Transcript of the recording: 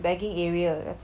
bagging area 要讲几